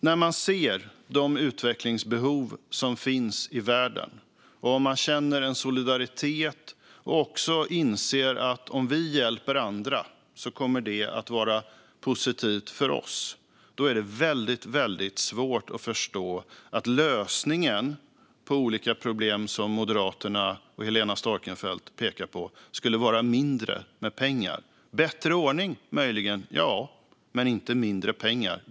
När man ser de utvecklingsbehov som finns i världen, och om man känner en solidaritet och också inser att om vi hjälper andra kommer det att vara positivt för oss, är det väldigt svårt att förstå att lösningen på olika problem som Moderaterna och Helena Storckenfeldt pekar på skulle vara mindre pengar. Möjligen skulle det vara bättre ordning, men inte mindre pengar.